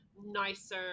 nicer